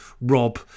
rob